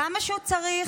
כמה שהוא צריך,